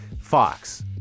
Fox